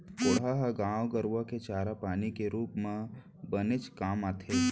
कोंढ़ा ह गाय गरूआ के चारा पानी के रूप म बनेच काम आथे